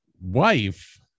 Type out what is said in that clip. wife